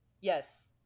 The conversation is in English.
Yes